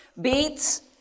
beets